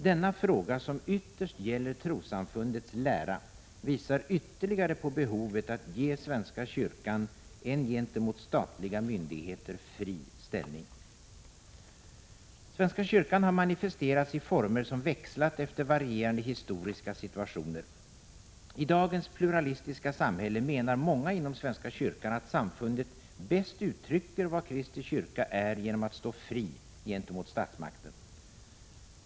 Denna fråga, som ytterst gäller trossamfundets lära, visar ytterligare på behovet av att ge svenska kyrkan en gentemot statliga myndigheter fri ställning. Svenska kyrkan har manifesterats i former som växlat efter varierande historiska situationer. I dagens pluralistiska samhälle menar många inom svenska kyrkan att samfundet bäst uttrycker vad Kristi kyrka är genom att stå fri gentemot statsmakten.